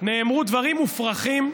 נאמרו דברים מופרכים,